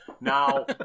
Now